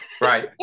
Right